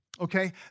okay